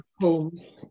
homes